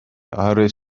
oherwydd